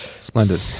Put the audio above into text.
Splendid